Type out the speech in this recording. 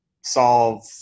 solve